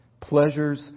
Pleasures